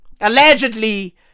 allegedly